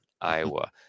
iowa